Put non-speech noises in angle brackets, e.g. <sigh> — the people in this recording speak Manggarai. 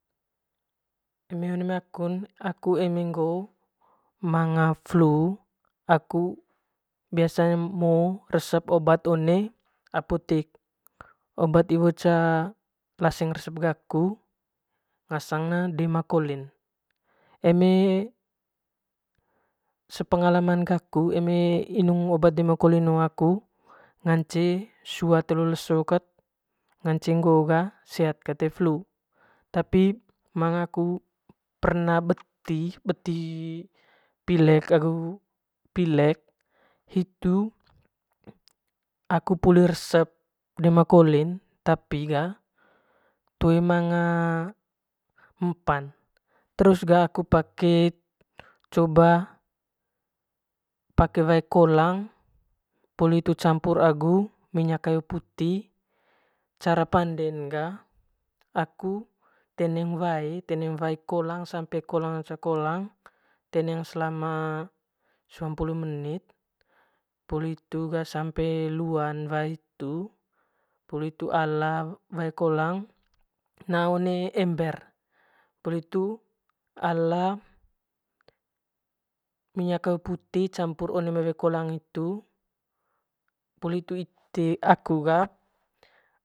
Eme one mai akun aku eme ngoo manga flu aku biasan <unintelligible> reseep obat one apotik obat iwo ca laseng resep gaku bgasang ne dema kolin eme sepengalaman gaku eme inung obat demaloin hoo aku sua telu leso kat ngance sekat <unintelligible> flu tapi manga aku perna beti beti beti pilek agu pilek aku puli resep poli resep demakoin tapi ga toe manga mempan terus ga aku pake coba pake wae kolamng poli hitu campur agu minyak kayu puti cara panden ga aku teneng wae teeng wae kolang sampe <unintelligible> teneng selama suam pulu menit poli hitu ga sampan luan wae hitu ppoli hitu alan wae kolang poli hitu naa one ember poli hitu ala campur minyak kayu puti pur one mai wae kolang hitu poli hitu ite aku ga.